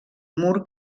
mur